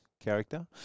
character